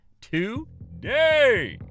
today